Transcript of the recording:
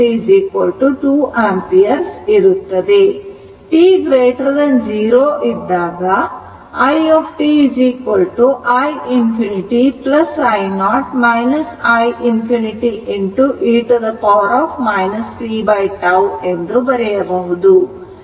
t0 ಇದ್ದಾಗ i t i ∞ i0 i ∞ e tτ ಎಂದು ಬರೆಯಬಹುದು